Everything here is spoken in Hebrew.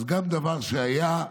אז גם דבר שהיה,